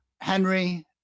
Henry